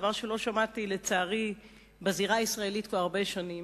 דבר שלא שמעתי לצערי בזירה הישראלית כבר הרבה שנים,